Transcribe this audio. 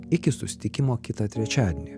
iki susitikimo kitą trečiadienį